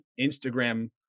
Instagram